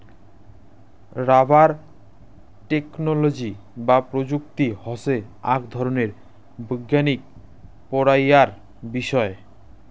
rubber technology বা প্রযুক্তি হসে আক ধরণের বৈজ্ঞানিক পড়াইয়ার বিষয়